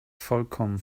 vollkommen